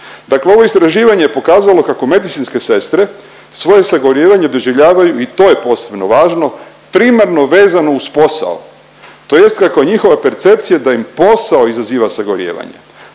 Dakle ovo istraživanje je pokazalo kako medicinske sestre svoje sagorijevanje doživljavaju, i to je posebno važno, primarno vezano uz posao, tj. kako je njihova percepcija da im posao izaziva sagorijevanje.